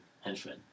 henchmen